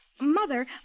Mother